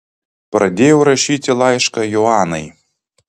pradėjau rašyti laišką joanai